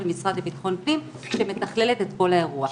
המשרד לביטחון פנים שמתכללת את כל האירוע.